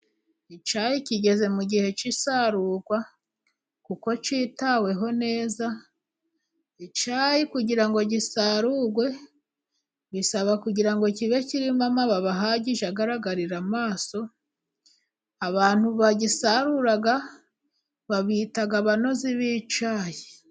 Icyayi kigeze mu gihe cy'isarurwa, kuko cyitaweho neza, icyayi kugira ngo gisarurwe, bisaba kugira ngo kibe kirimo amababi ahagije agaragarira amaso, abantu bagisarura babita banozi b'icyayi.